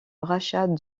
rachat